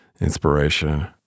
inspiration